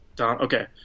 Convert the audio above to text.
Okay